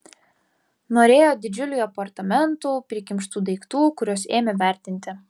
norėjo didžiulių apartamentų prikimštų daiktų kuriuos ėmė vertinti